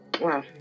wow